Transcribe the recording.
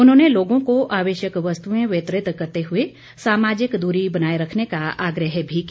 उन्होंने लोगों को आवश्यक वस्तुऐं वितरित करतें हुए सामाजिक दूरी बनाए रखने का आग्रह भी किया